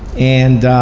and